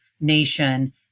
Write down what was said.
nation